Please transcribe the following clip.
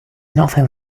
nothing